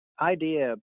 idea